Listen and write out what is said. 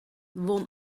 won